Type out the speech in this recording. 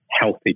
healthy